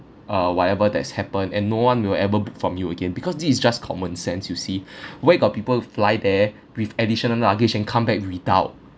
uh whatever that's happened and no one will ever book from you again because this is just common sense you see where got people fly there with additional luggage and come back without